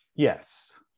Yes